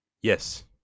Yes